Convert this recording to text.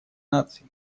наций